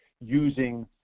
using